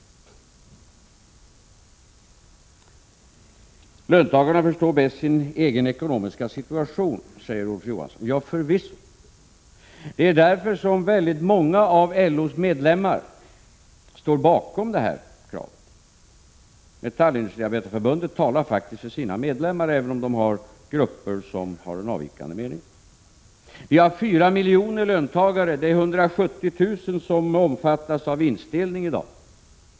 Löntagarna förstår bäst sin egen ekonomiska situation, säger Olof Johansson. Ja, förvisso. Det är därför som väldigt många av LO:s medlemmar står bakom detta krav. Metallindustriarbetareförbundet talar faktiskt för sina medlemmar, även om det finns grupper som har en avvikande mening. Vi har 4 miljoner löntagare. Det är 170 000 som omfattas av vinstdelning i dag.